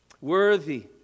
Worthy